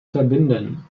verbinden